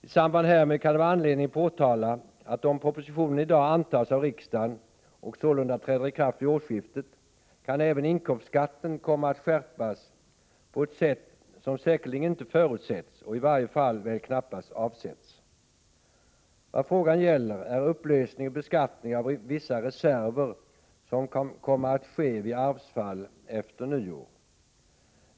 I samband härmed kan det vara anledning att påtala att om propositionen i dag antas av riksdagen och sålunda träder i kraft vid årsskiftet, kan även inkomstskatten komma att skärpas på ett sätt som säkerligen inte förutsetts, och i varje fall väl knappast avsetts. Vad frågan gäller är upplösning och beskattning av vissa reserver som kan komma att ske vid arvsfall efter nyår.